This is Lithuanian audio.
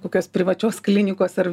kokios privačios klinikos ar